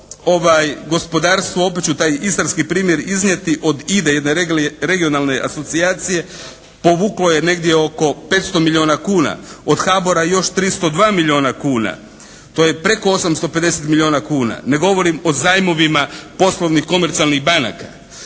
Malo gospodarstvo, opet ću taj istarski primjer iznijeti od IDA-e, jedne regionalne asocijacije povuklo je negdje oko 500 milijuna kuna. Od HABOR-a još 302 milijuna kuna. To je preko 850 milijuna kuna. Ne govorim o zajmovima poslovnih komercijalnih banaka.